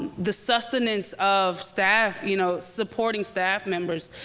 the sustenance of staff, you know supporting staff members.